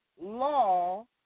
law